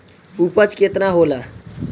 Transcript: उपज केतना होला?